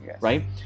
right